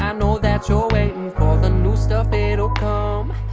um know that you're waiting for the new stuff, it'll come.